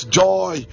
joy